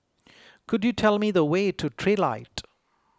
could you tell me the way to Trilight